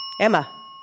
Emma